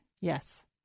Yes